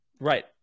Right